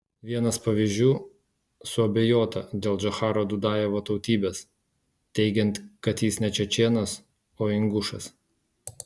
vienas pavyzdžių suabejota dėl džocharo dudajevo tautybės teigiant kad jis ne čečėnas o ingušas